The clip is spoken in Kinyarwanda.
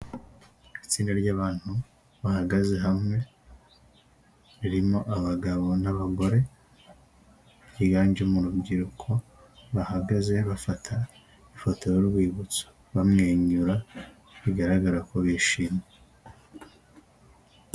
Itsinda ry'abantu bahagaze hamwe ririmo abagabo n'abagore ryiganjemo urubyiruko bahagaze bafata ifoto y'urwibutso bamwenyura bigaragara ko bishimye.